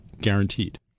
guaranteed